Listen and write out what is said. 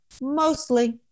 mostly